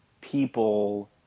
people